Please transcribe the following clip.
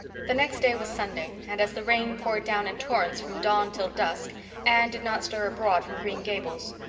the next day was sunday and as the rain poured down in torrents from dawn till dusk anne did not stir abroad from green gables.